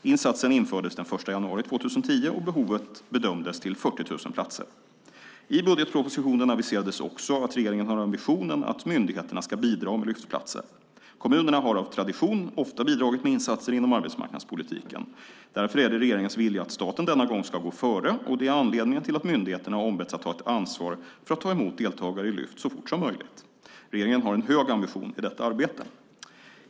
Insatsen infördes den 1 januari 2010, och behovet bedömdes till 40 000 platser. I budgetpropositionen aviserades också att regeringen har ambitionen att myndigheterna ska bidra med Lyftplatser. Kommunerna har av tradition ofta bidragit med insatser inom arbetsmarknadspolitiken. Därför är det regeringens vilja att staten denna gång ska gå före. Det är anledningen till att myndigheterna har ombetts att ta ansvar för att ta emot deltagare i Lyft så fort som möjligt. Regeringen har en hög ambition i detta arbete.